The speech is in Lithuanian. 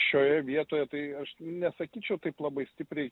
šioje vietoje tai aš nesakyčiau taip labai stipriai